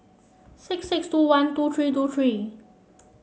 six six two one two three two three